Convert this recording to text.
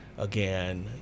again